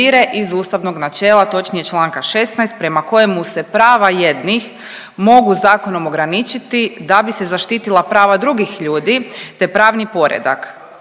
iz ustavnog načela, točnije čl. 16. prema kojemu se prava jednih mogu zakonom ograničiti da bi se zaštitila prava drugih ljudi te pravni poredak